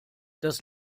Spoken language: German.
das